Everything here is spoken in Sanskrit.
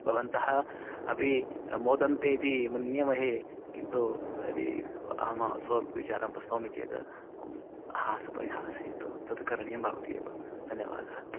भवन्तः अपि मोदन्ते इति मन्यामहे किन्तु यदि अहं स्वविचारं प्रस्तौमि चेत् हास्यं परिहासः तु तत् करणीयः भवति एव धन्यवादः